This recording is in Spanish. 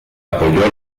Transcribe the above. apoyó